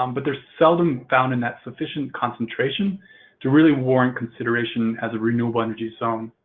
um but they're seldom found in that sufficient concentration to really warrant consideration as a renewable energy zone.